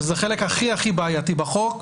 שזהו החלק הכי הכי בעייתי בחוק.